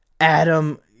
Adam